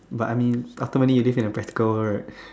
but I mean ultimately you live in a practical world right